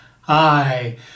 Hi